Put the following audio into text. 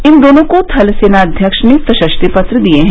इन दोनों को थल सेनाध्यक्ष ने प्रशस्ति पत्र दिए हैं